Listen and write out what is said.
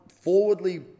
forwardly